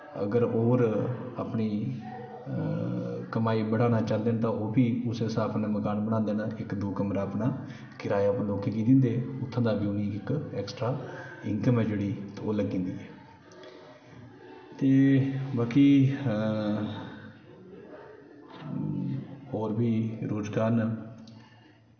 अगर होर अपनी कमाई बढ़ाना चाहंदे न तां ओह् बी उस्सै स्हाब कन्नै मकान बनांदे न इक दो कमरा अपना किराए पर लोकें ई दिंदे उत्थां दा बी उ'नें ई इक एक्स्ट्रा इन्कम ऐ जेह्ड़ी ओह् लग्गी जंदी ते बाकी होर बी रोजगार न